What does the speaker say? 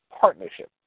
partnership